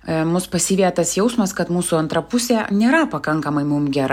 mus pasiveja tas jausmas kad mūsų antra pusė nėra pakankamai mum gera